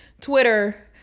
Twitter